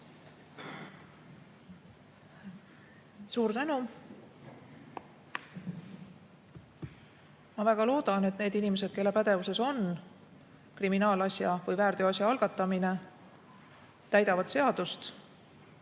Suur tänu! Ma väga loodan, et need inimesed, kelle pädevuses on kriminaalasja või väärteoasja algatamine, täidavad seadust.Et